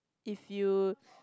if you